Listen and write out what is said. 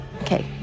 Okay